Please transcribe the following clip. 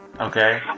Okay